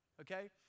okay